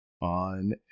on